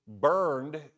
burned